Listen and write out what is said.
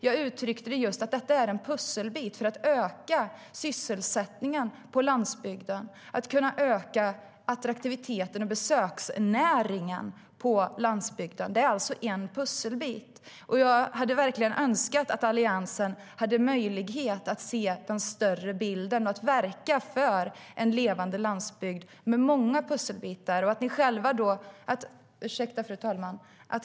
Jag sa att detta är en pusselbit för att öka sysselsättningen på landsbygden och att öka attraktiviteten och besöksnäringen på landsbygden. Det är alltså en pusselbit. Jag hade verkligen önskat att Alliansen hade möjlighet att se den större bilden och att verka för en levande landsbygd med många pusselbitar.